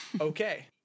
okay